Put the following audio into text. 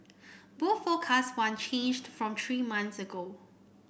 both forecasts one changed from three months ago